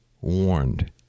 warned